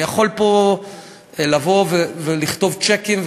אני יכול פה לבוא ולכתוב צ'קים,